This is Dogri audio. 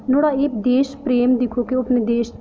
नुहाड़ा एह् देश प्रेम दिक्खो कि ओह् अपने देश